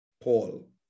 Paul